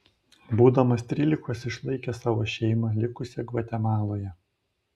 būdamas trylikos išlaikė savo šeimą likusią gvatemaloje